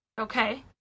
okay